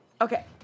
Okay